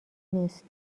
نیست